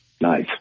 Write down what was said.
Nice